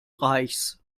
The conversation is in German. reichs